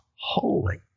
holy